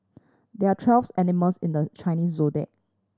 there are twelve animals in the Chinese Zodiac